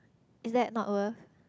is that not worth